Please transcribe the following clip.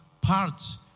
parts